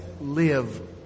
live